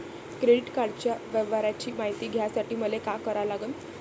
Credit कार्डाच्या व्यवहाराची मायती घ्यासाठी मले का करा लागन?